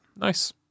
nice